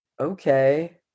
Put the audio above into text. okay